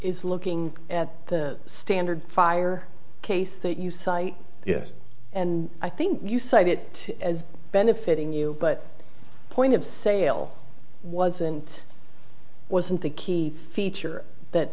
is looking at the standard fire case that you cite yes and i think you cite it as benefiting you but point of sale wasn't wasn't the key feature that